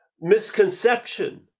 misconception